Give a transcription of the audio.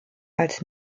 als